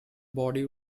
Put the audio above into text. body